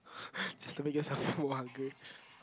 just to make you full hungry